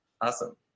Awesome